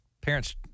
parents